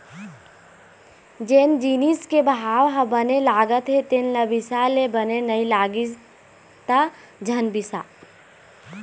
जेन जिनिस के भाव ह बने लागत हे तेन ल बिसा ले, बने नइ लागिस त झन बिसा